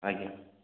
ଆଜ୍ଞା